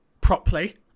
properly